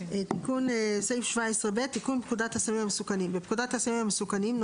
"תיקון פקודת 17ב. בפקודת הסמים המסוכנים ,